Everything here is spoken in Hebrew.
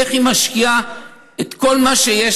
איך היא משקיעה את כל מה שיש